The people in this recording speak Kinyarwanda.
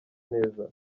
neza